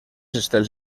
estels